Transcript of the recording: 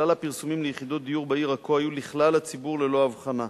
כלל הפרסומים ליחידות דיור בעיר עכו היו לכלל הציבור ללא הבחנה.